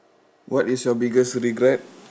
what is your biggest regret